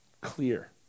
clear